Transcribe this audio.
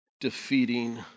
defeating